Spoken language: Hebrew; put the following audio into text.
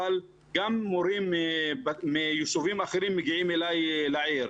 אבל גם מורים מישובים אחרים מגיעים אלינו לעיר.